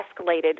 escalated